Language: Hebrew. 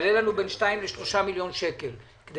יעלה לנו בין שניים לשלושה מיליון שקלים כדי